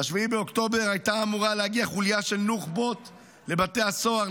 ב-7 באוקטובר הייתה אמורה להגיע חוליה של נוח'בות לבתי הסוהר,